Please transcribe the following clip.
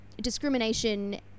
discrimination